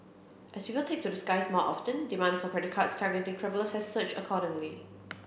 as people take to the skies more often demand for credit cards targeting travellers has surged accordingly